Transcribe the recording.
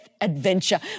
adventure